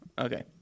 Okay